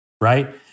Right